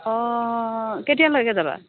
অ কেতিয়ালৈকে যাবা